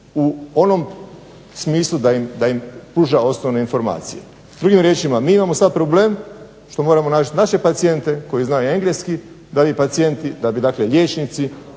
u onom smislu da im pruža osnovne informacije. Drugim riječima mi imamo sad problem što moramo naći naše pacijente koji znaju engleski da bi dakle liječnici,